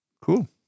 Cool